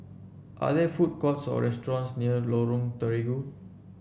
are there food courts or restaurants near Lorong Terigu